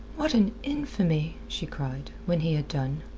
what an infamy! she cried, when he had done.